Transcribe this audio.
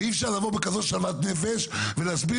ואי אפשר לבוא בכזאת שלוות נפש ולהסביר